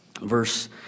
Verse